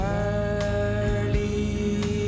early